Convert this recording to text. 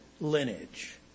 lineage